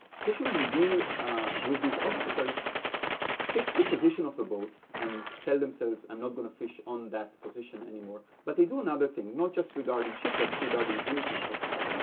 fishermen who deal with these obstacles fix the position of the boats, and tell themselves i'm not going to fish on that anymore. but they do another thing, not just regarding shipwrecks. regarding any kind of obstacle,